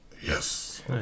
Yes